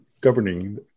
governing